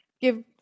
Give